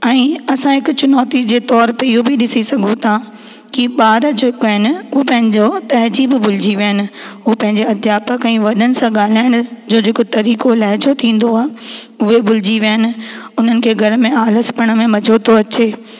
ऐं असां हिकु चुनौती जे तौर ते इहो बि ॾिसी सघो था की ॿार जेको आहिनि हू पंहिंजो तहिज़ीब भुलजी विया आहिनि हू पंहिंजे अध्यापक ऐं वॾनि सां ॻाल्हाइण जो जेको तरीक़ो लहिज़ो थींदो आहे उहे भुलिजी विया आहिनि उन्हनि खे घर में आलस्पण में मज़ो थो अचे